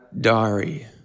Diary